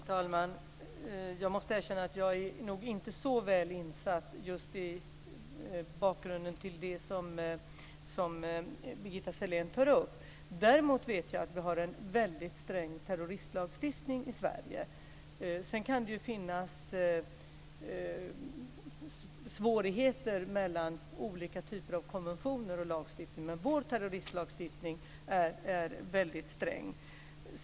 Herr talman! Jag måste erkänna att jag nog inte är så väl insatt i just bakgrunden till det som Birgitta Sellén tar upp. Däremot vet jag att vi har en väldigt sträng terroristlagstiftning i Sverige. Sedan kan det ju finnas svårigheter när det gäller olika typer av konventioner och lagstiftningar. Men vår terroristlagstiftning är väldigt sträng.